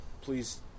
please